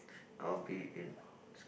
I'll be in